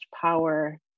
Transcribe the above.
power